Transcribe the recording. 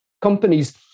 companies